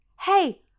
Hey